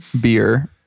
Beer